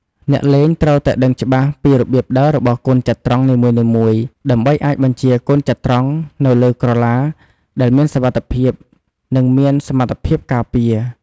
អ្នកលេងត្រូវតែដឹងច្បាស់ពីរបៀបដើររបស់កូនចត្រង្គនីមួយៗ ដើម្បីអាចបញ្ជាកូនចត្រង្គនៅលើក្រឡាដែលមានសុវត្ថិភាព និងមានសមត្ថភាពការពារ។